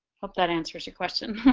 hope that answers your question